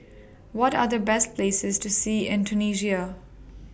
What Are The Best Places to See in Tunisia